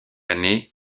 année